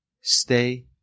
stay